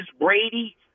Brady